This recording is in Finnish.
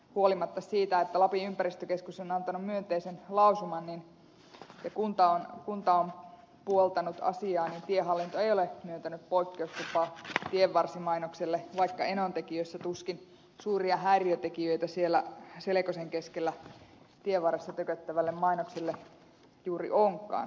huolimatta siitä että lapin ympäristökeskus on antanut myönteisen lausuman ja kunta on puoltanut asiaa niin tiehallinto ei ole myöntänyt poikkeuslupaa tienvarsimainoksille vaikka enontekiössä tuskin suuria häiriötekijöitä siellä selkosen keskellä tienvarressa tököttävälle mainokselle juuri onkaan